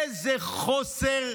איזה חוסר,